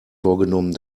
vorgenommen